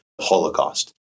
Holocaust